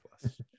Plus